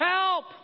Help